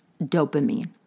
dopamine